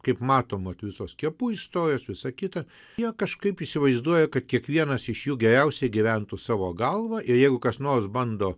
kaip matom vat visos skiepų įstorijos visa kita jie kažkaip įsivaizduoja kad kiekvienas iš jų geriausiai gyventų savo galva ir jeigu kas nors bando